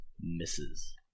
misses